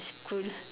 from school